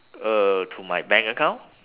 uh to my bank account